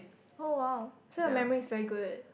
oh !wow! so your memory is very good